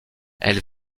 elle